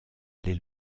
les